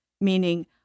meaning